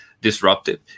disruptive